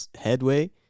headway